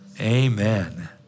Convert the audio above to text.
Amen